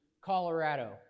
Colorado